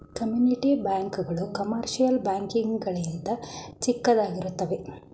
community bank ಗಳು commercial bank ಗಳಿಗಿಂತ ಚಿಕ್ಕದಾಗಿರುತ್ತವೆ